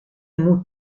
moet